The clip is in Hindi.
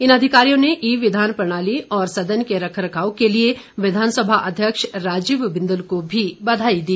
इन अधिकारियों ने ई विधान प्रणाली और सदन के रख रखाव के लिए विधानसभा अध्यक्ष राजीव बिंदल को भी बधाई दी